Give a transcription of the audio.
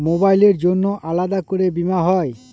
মোবাইলের জন্য আলাদা করে বীমা হয়?